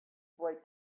boy